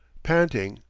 panting,